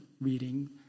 reading